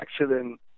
accident